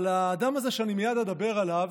אבל האדם הזה שאני מייד אדבר עליו,